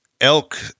elk